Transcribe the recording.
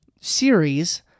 series